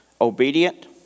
obedient